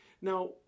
Now